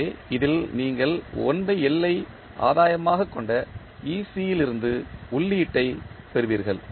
எனவே இதில் நீங்கள் 1L ஐ ஆதாயமாக கொண்ட லிருந்து உள்ளீட்டைப் பெறுவீர்கள்